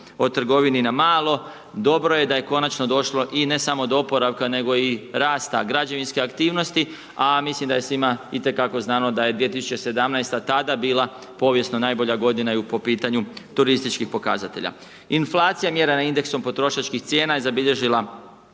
o trgovini na malo. Dobro je da je konačno došlo, i ne samo do oporavka, nego i do rasta građevinske aktivnosti, a mislim da je svima itekako znano, da je 2017. tada bila povijesno najbolja godina i po pitanju turističkih pokazatelja. Inflacija mjera na indeksom potrošačkih cijena je zabilježila